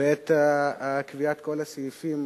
בעת קביעת כל הסעיפים,